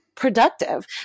productive